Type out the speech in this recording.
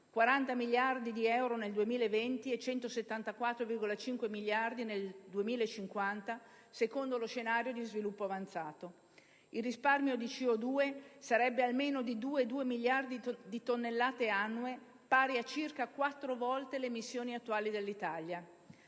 40 miliardi di euro nel 2020 e 174,5 miliardi di euro nel 2050 secondo lo scenario di sviluppo avanzato. Il risparmio di CO2 sarebbe almeno di 2,2 miliardi di tonnellate annue, pari a circa quattro volte le emissioni attuali dell'Italia.